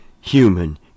human